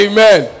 Amen